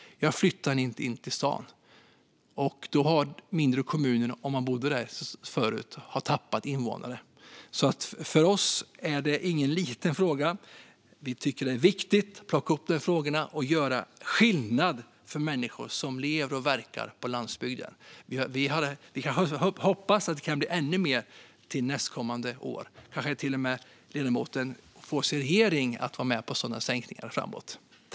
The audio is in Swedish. Jag flyttar in till stan. Om den personen förut bodde i en mindre kommun har den tappat en invånare. För oss är det inte en liten fråga. Vi tycker att det är viktigt att plocka upp de frågorna och göra skillnad för människor som lever och verkar på landsbygden. Vi kan hoppas att det kan bli ännu mer till nästkommande år. Kanske till och med ledamoten får sin hearing att vara med på sådana sänkningar framåt.